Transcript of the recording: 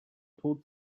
tod